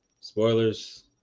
spoilers